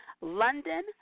London